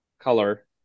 color